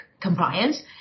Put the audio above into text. compliance